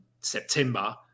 September